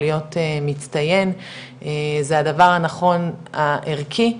להיות מצטיין זה הדבר הנכון הערכי,